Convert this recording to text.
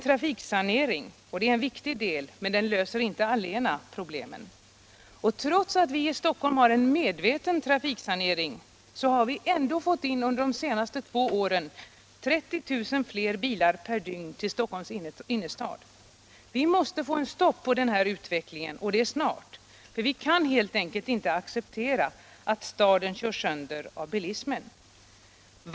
Trafiksanering är en viktig del, som dock inte allena löser problemen. Trots att vi i Stockholm har en medveten trafiksanering, har vi ändå under de senaste två åren fått in 30 000 fler bilar per dygn i Stockholms innerstad. Vi måste få ett stopp för denna utveckling och det snart. Vi kan helt enkelt inte acceptera att staden körs sönder av bilismen.